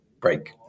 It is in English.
break